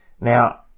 Now